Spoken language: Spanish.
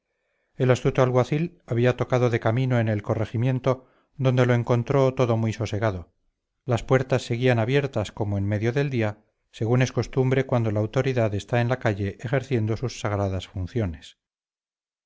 el astuto alguacil había tocado de camino en el corregimiento donde lo encontró todo muy sosegado las puertas seguían abiertas como en medio del día según es costumbre cuando la autoridad está en la calle ejerciendo sus sagradas funciones